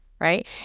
right